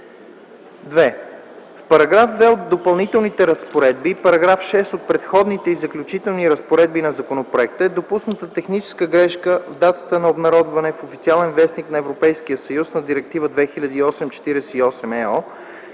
2. В § 2 от Допълнителните разпоредби и в § 6 от Преходните и заключителни разпоредби на законопроекта е допусната техническа грешка в датата на обнародване в Официален вестник на ЕС на Директива 2008/48/ЕО.